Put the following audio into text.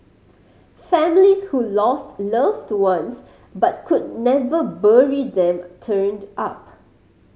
families who lost loved ones but could never bury them turned up